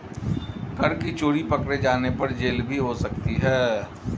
कर की चोरी पकडे़ जाने पर जेल भी हो सकती है